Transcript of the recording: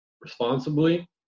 responsibly